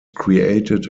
created